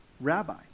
rabbi